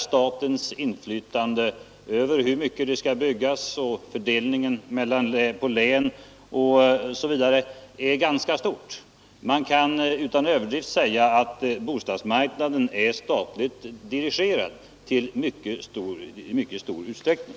Statens inflytande över hur mycket det skall byggas, hur byggandet skall fördelas på län osv., är mycket stort.